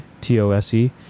T-O-S-E